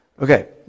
Okay